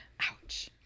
Ouch